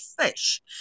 fish